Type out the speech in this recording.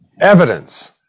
evidence